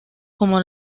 como